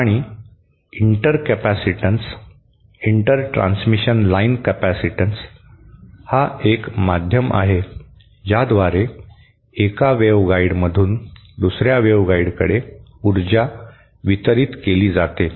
आणि inter capacitance inter transmission line capacitance हा एक माध्यम आहे ज्याद्वारे एका वेव्हगाइडमधून दुसर्या वेव्हगाइडकडे ऊर्जा वितरित केली जाते